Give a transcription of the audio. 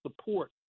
support